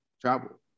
travel